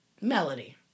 Melody